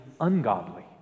ungodly